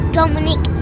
Dominic